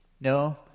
No